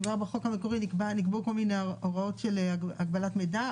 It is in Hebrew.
כבר בחוק המקורי נקבעו כל מיני הוראות של הגבלת מידע,